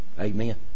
Amen